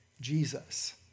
Jesus